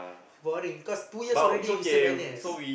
boring because two years already you serve N_S